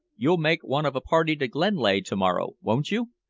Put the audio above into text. you'll make one of a party to glenlea to-morrow, won't you?